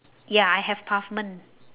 ya I have pavement